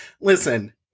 Listen